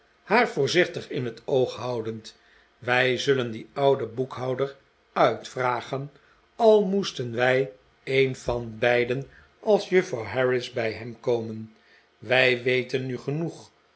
haar voorzichtig in het oog houdend wij zullen dien ouden boekhouder uitvragen al moesten wij een van beiden als juffrouw harris bij hem komen wij weten nu genoeg